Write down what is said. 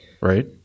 right